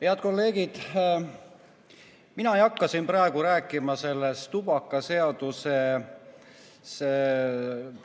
Head kolleegid! Mina ei hakka siin praegu rääkima nendest tubakaseaduse